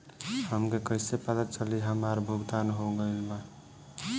हमके कईसे पता चली हमार भुगतान हो गईल बा?